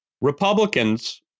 Republicans